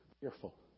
fearful